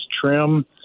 trim